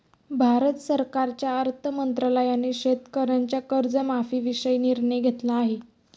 भारत सरकारच्या अर्थ मंत्रालयाने शेतकऱ्यांच्या कर्जमाफीविषयी निर्णय घेतला आहे